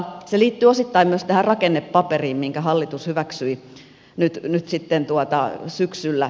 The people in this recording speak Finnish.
se liittyy osittain myös tähän rakennepaperiin minkä hallitus hyväksyi nyt syksyllä